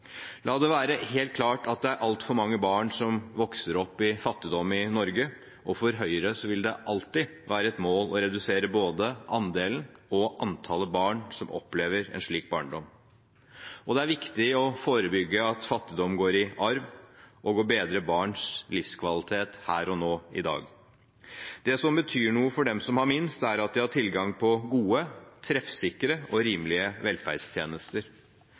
La det være helt klart at det er altfor mange barn som vokser opp i fattigdom i Norge, og for Høyre vil det alltid være et mål å redusere både andelen og antallet barn som opplever en slik barndom. Det er viktig å forebygge at fattigdom går i arv, og å bedre barns livskvalitet her og nå. Det som betyr noe for dem som har minst, er at de har tilgang på gode, treffsikre og rimelige velferdstjenester.